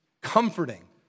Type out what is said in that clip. comforting